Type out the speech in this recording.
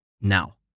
Now